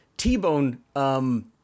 T-Bone